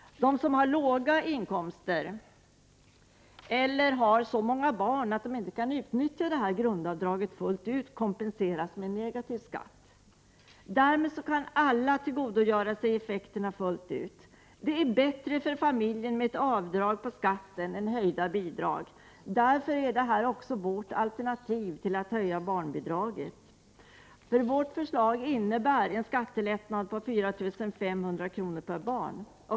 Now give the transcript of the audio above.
De som har låga inkomster eller så många barn att de inte kan utnyttja detta grundavdrag fullt ut kompenseras med negativ skatt. Därmed kan alla till godogöra sig effekterna fullt ut. Det är bättre för familjen med ett avdrag på skatten än höjda bidrag. Därför är detta också vårt alternativ till att höja barnbidraget. Vårt förslag innebär nämligen en skattelättnad på 4 500 kr. per barn.